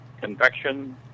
convection